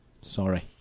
Sorry